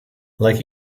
like